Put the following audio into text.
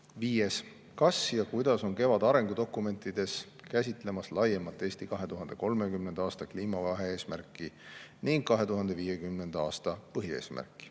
Viies: "Kas ja kuidas on KEVAD arengudokument käsitlemas laiemalt Eesti 2030. aasta kliima vahe-eesmärke ning 2050. aasta põhieesmärki?"